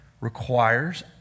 requires